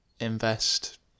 invest